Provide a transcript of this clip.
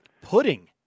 Pudding